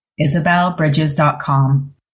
isabelbridges.com